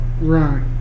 Right